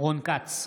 רון כץ,